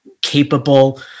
capable